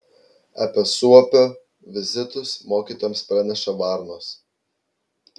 apie suopio vizitus mokytojams praneša varnos